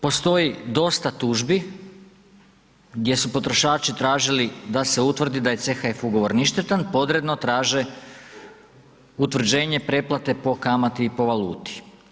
Postoji dosta tužbi gdje su potrošači tražili da se utvrdi da je CHF ugovor ništetan, podredno traže utvrđenje pretplate po kamati po valuti.